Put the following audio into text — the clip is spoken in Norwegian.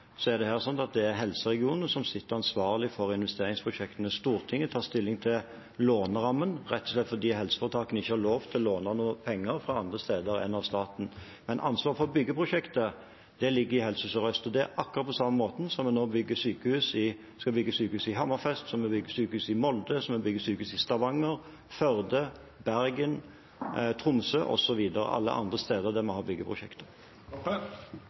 det helseregionene som sitter ansvarlige for investeringsprosjektene. Stortinget tar stilling til lånerammen, rett og slett fordi helseforetakene ikke har lov til å låne penger fra andre steder enn av staten. Ansvaret for byggeprosjektet ligger i Helse Sør-Øst. Det er akkurat på samme måten som når vi bygger sykehus i Hammerfest, Molde, Stavanger, Førde, Bergen, Tromsø og alle andre steder der vi har byggeprosjekter. Kjersti Toppe – til oppfølgingsspørsmål. I motsetnad til sjukehusa i dei andre byane helseministeren viste til, er det nye sjukehuset i Oslo eit sjukehus som fagfolk ikkje vil ha,